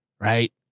Right